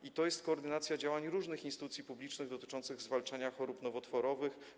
I to jest koordynacja działań różnych instytucji publicznych dotyczących zwalczania chorób nowotworowych.